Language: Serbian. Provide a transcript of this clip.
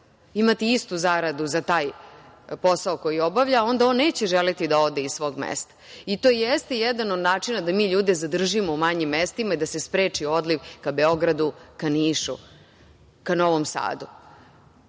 imati istu zaradu za taj posao koji obavlja, onda on neće želeti da ode iz svog mesta i to jeste jedan od načina da mi ljude zadržimo u manjim mestima i da se spreči odliv ka Beogradu, ka Nišu, ka Novom Sadu.